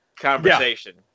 conversation